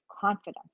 confidence